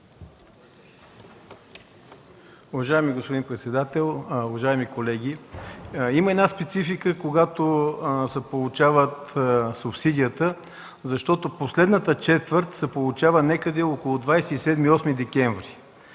Уважаеми господин председател, уважаеми колеги! Има една специфика, когато се получава субсидията, защото последната четвърт се получава някъде около 27-28 декември.